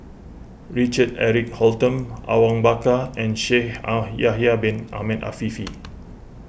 Richard Eric Holttum Awang Bakar and Shaikh Ah Yahya Bin Ahmed Afifi